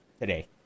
today